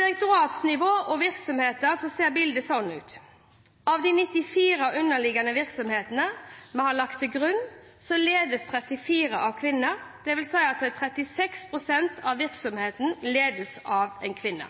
direktoratsnivå og for virksomheter ser bildet slik ut: Av de 94 underliggende virksomhetene vi har lagt til grunn, ledes 34 av kvinner. Det vil si at 36 pst. av virksomhetene ledes av en kvinne.